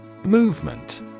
Movement